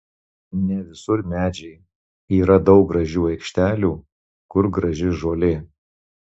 ne visur medžiai yra daug gražių aikštelių kur graži žolė